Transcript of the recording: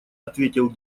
ответил